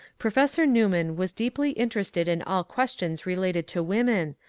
professor newman was deeply interested in all questions related to women,